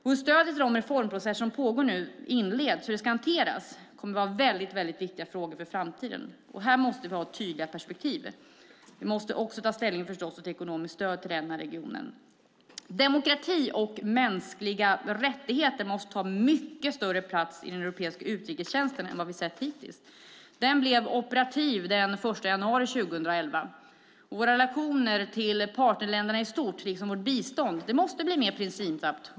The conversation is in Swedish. Hur stödet till de reformprocesser som pågår och inletts ska hanteras kommer att vara viktiga frågor för framtiden. Här måste vi ha tydliga perspektiv. Vi måste förstås också ta ställning till ekonomiskt stöd till denna region. Demokrati och mänskliga rättigheter måste ta mycket större plats i den europeiska utrikestjänsten än vad vi sett hittills. Den blev operativ den 1 januari 2011, och våra relationer till partnerländerna i stort liksom vårt bistånd måste bli mer principfast.